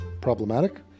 problematic